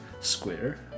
square